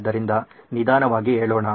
ಆದ್ದರಿಂದ ನಿಧಾನವಾಗಿ ಹೇಳೋಣ